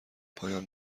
پایان